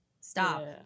Stop